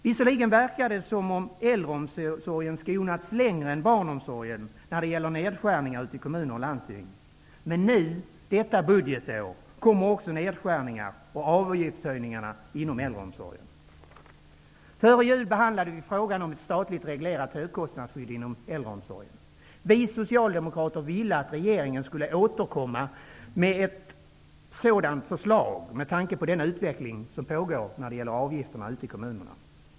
Visserligen förefaller det som om äldreomsorgen skonats längre än barnomsorgen när det gäller nedskärningar i kommuner och landsting, men nu detta budgetår kommer också nedskärningarna och avgiftshöjningarna inom äldreomsorgen. Före jul behandlade vi frågan om ett statligt reglerat högkostnadsskydd inom äldreomsorgen. Vi socialdemokrater ville att regeringen skulle återkomma med ett sådant förslag med tanke på den utveckling som pågår när det gäller avgifterna i kommunerna.